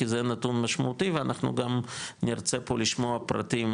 כי זה נתון משמעותי ואנחנו נרצה פה לשמוע פרטים,